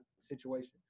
situation